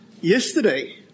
yesterday